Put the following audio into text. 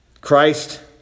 Christ